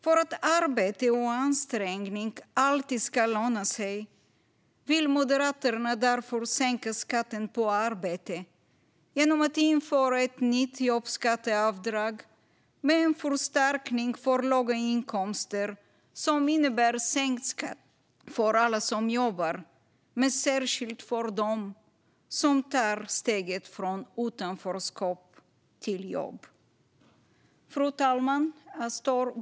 För att arbete och ansträngning alltid ska löna sig vill Moderaterna därför sänka skatten på arbete genom att införa ett nytt jobbskatteavdrag med en förstärkning för låga inkomster, som innebär sänkt skatt för alla som jobbar men särskilt för dem som tar steget från utanförskap till jobb. Fru talman!